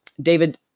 David